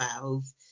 valve